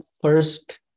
First